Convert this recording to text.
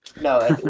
No